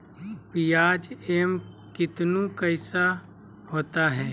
प्याज एम कितनु कैसा होता है?